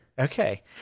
Okay